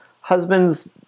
Husbands